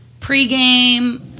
pregame